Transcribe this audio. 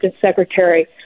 secretary